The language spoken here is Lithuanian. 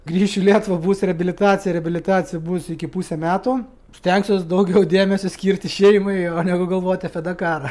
grįšiu į lietuvą bus reabilitacija reabilitacija bus iki pusę metų stengsiuos daugiau dėmesio skirti šeimai o negu galvoti apie dakarą